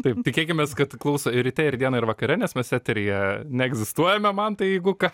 taip tikėkimės kad klauso ir ryte ir dieną ir vakare nes mes eteryje neegzistuojame mantai jeigu ką